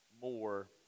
more